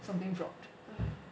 something dropped